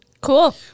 cool